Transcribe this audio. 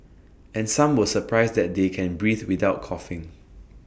and some were surprised that they can breathe without coughing